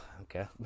okay